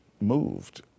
moved